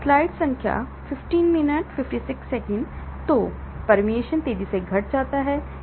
तो permeationतेजी से घट जाती है ये इस संदर्भ से ली गई हैं